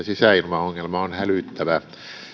sisäilmaongelma on hälyttävä